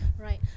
Right